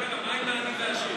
מה עם העני והעשיר?